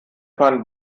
fahren